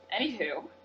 Anywho